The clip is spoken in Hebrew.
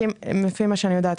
לפי מה שאני יודעת,